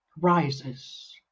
rises